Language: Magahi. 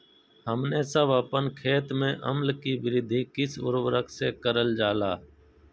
हमने सब अपन खेत में अम्ल कि वृद्धि किस उर्वरक से करलजाला?